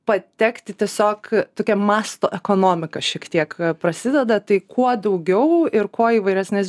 patekti tiesiog tokia masto ekonomika šiek tiek prasideda tai kuo daugiau ir kuo įvairesnės